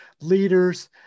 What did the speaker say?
leaders